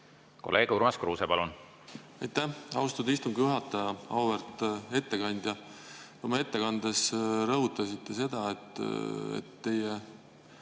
Kolleeg Urmas Kruuse, palun! Aitäh, austatud istungi juhataja! Auväärt ettekandja! Oma ettekandes rõhutasite seda, et teie